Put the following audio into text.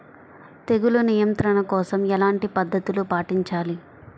తెగులు నియంత్రణ కోసం ఎలాంటి పద్ధతులు పాటించాలి?